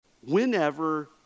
Whenever